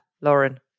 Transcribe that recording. Lauren